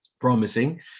promising